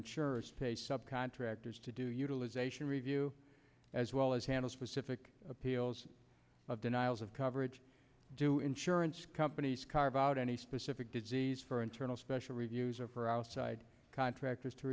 insurers contractors to do utilization review as well as handle specific appeals of denials of coverage do insurance companies carve out any specific disease for internal special reviews or for outside contractors to